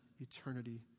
eternity